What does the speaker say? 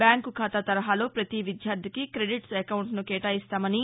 bank ఖాతా తరహాలో పతి విద్యార్దికి క్రెడిట్స్ అకౌంట్ను కేటాయిస్తామని